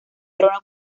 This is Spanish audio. trono